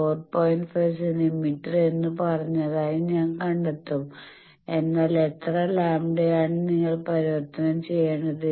5 centimetre എന്ന് പറഞ്ഞതായി നിങ്ങൾ കണ്ടെത്തും എന്നാൽ എത്ര ലാംഡയാണ് നിങ്ങൾ പരിവർത്തനം ചെയ്യേണ്ടത്